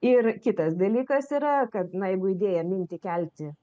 ir kitas dalykas yra kad na jeigu idėją mintį kelti